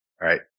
right